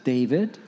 David